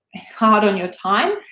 hard on your time,